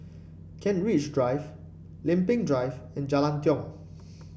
Kent Ridge Drive Lempeng Drive and Jalan Tiong